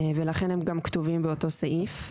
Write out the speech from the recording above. התנאים המצטברים, ולכן הם גם כתובים באותו סעיף,